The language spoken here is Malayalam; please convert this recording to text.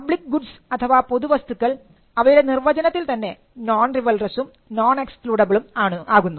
പബ്ലിക് ഗുഡ്സ് അഥവാ പൊതു വസ്തുക്കൾ അവയുടെ നിർവചനത്തിൽ തന്നെ നോൺ റിവൽറസ്സും നോൺ എക്സ്ക്ലൂഡബിളും ആകുന്നു